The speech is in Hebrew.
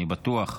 אני בטוח.